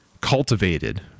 cultivated